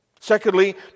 Secondly